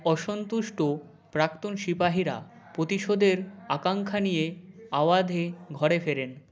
অসন্তুষ্ট প্রাক্তন সিপাহিরা প্রতিশোধের আকাঙ্ক্ষা নিয়ে আওয়াধে ঘরে ফেরেন